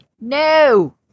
No